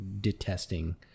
detesting